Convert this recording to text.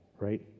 Right